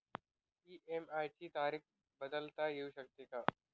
EMI ची तारीख बदलता येऊ शकते का?